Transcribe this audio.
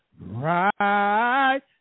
right